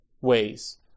ways